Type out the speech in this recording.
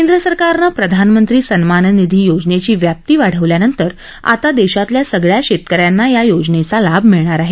केंद्र सरकारनं प्रधानमंत्री सन्मान निधी योजनेची व्याप्ती वाढवल्यानंतर आता देशातल्या सगळ्या शेतकऱ्यांना या योजेनचा लाभ मिळणार आहे